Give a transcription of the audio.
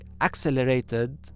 accelerated